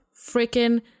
freaking